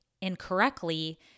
incorrectly